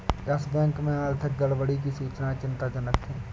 yes Bank में आर्थिक गड़बड़ी की सूचनाएं चिंताजनक थी